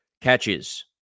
Catches